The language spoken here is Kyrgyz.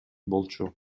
болчу